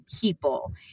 people